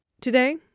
Today